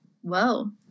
whoa